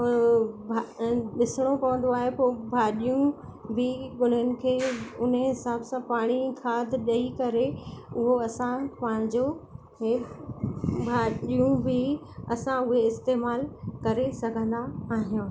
ॾिसणो पवंदो आहे पोइ भाॼियूं बि उन्हनि खे उन हिसाब सां पाणी खाद ॾई करे उहो असां पंहिंजो हे भाॼियूं बि असां उहे इस्तेमालु करे सघंदा आहियूं